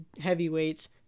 heavyweights